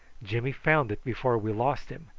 jimmy found it before we lost him,